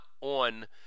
on